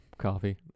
coffee